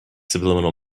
subliminal